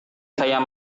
saya